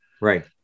Right